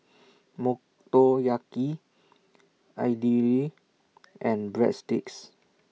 Motoyaki Idili and Breadsticks